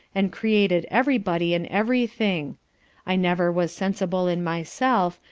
and created every body, and every thing i never was sensible in myself,